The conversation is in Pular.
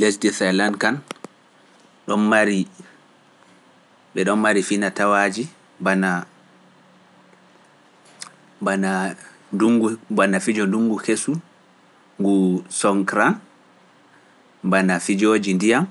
Lesdi Zaelan kan, ɗon mari finatawaaji, bana fijo ndungu kesu ngu sonkran, bana fijoji ndiyam,